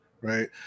Right